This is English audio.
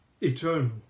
eternal